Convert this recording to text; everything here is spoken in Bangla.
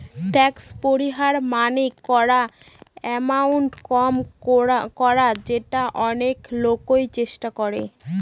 ট্যাক্স পরিহার মানে করা এমাউন্ট কম করা যেটা অনেক লোকই চেষ্টা করে